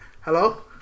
Hello